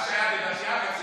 מה שאירע בבת ים,